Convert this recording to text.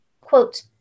Quote